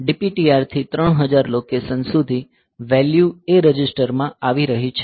DPTR થી 3000 location સુધી value એ રજિસ્ટરમાં આવી રહી છે